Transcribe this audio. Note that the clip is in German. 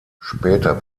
später